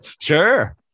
sure